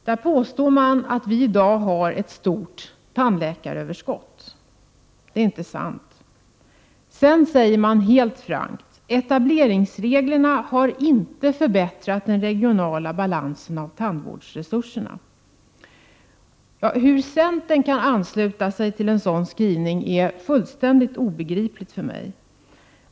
Det påstås att vi i dag har ett stort tandläkaröverskott. Det är inte sant. Sedan säger man helt frankt: ”Etableringsreglerna har inte förbättrat den regionala balansen av tandvårdsresurserna.” Hur centern kan ansluta sig till en sådan skrivning är fullständigt obegripligt för mig.